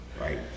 Right